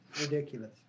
ridiculous